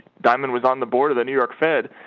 diamond with on the board of the new york fed